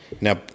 Now